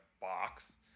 box